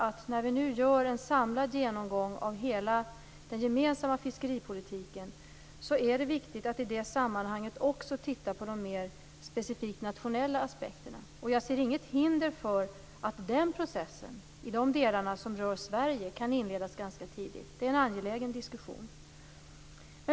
Vi gör nu en samlad genomgång av hela den gemensamma fiskeripolitiken. Det är då viktigt att också titta på de mer specifikt nationella aspekterna. Jag ser inget hinder för att den processen i de delar som rör Sverige kan inledas ganska tidigt. Det är en angelägen diskussion.